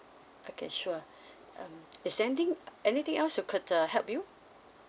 okay sure um is there anything anything else you could uh help you